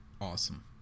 awesome